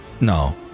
no